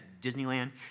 Disneyland